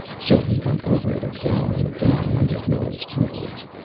so we went over it again and again, under miller's tutelage.